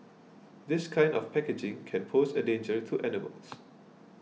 this kind of packaging can pose a danger to animals